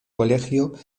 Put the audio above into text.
colegio